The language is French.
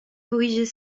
corriger